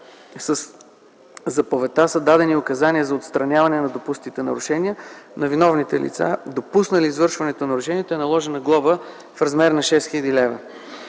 заповедта са дадени указания за отстраняване на допуснатите нарушения. На виновните лица, допуснали извършването на нарушенията, е наложена глоба в размер на 6000 лв.